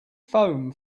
foam